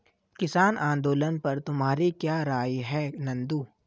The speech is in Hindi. किसान आंदोलन पर तुम्हारी क्या राय है नंदू?